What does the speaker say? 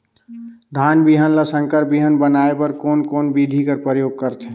धान बिहान ल संकर बिहान बनाय बर कोन कोन बिधी कर प्रयोग करथे?